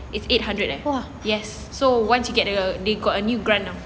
it's eight hundred eh once so she get the they got a new grant